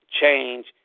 change